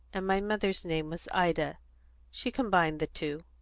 and my mother's name was ida she combined the two.